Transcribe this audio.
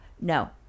No